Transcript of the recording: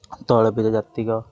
ତୈଳବୀଜ ଜାତୀୟ